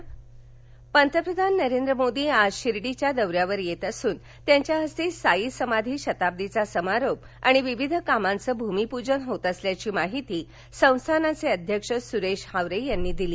पंतप्रधान शिर्डी दौरा पंतप्रधान नरेंद्र मोदी आज शिर्डीच्या दौऱ्यावर येत असून त्यांच्या हस्ते साई समाधी शताब्दीचा समारोप आणि विविध कामांचे भूमीपूजन होत असल्याची माहिती संस्थानचे अध्यक्ष सुरेश हावरे यांनी दिली